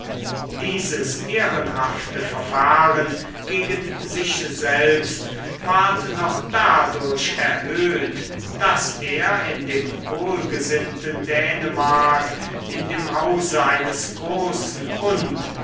dieses ehrenhafte verfahren gegen sich selbst ward noch dadurch erhöht daß er in dem wohlgesinnten dänemark in dem hause eines großen und